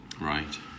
Right